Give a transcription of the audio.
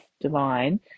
divine